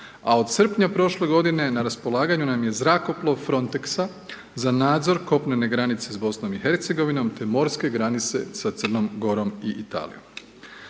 a od srpnja prošle godine na raspolaganju nam je zrakoplov Fronteksa za nadzor kopnene granice s BiH, te morske granice sa Crnom Gorom i Italijom.